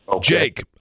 Jake